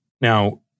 Now